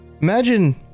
Imagine